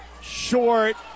short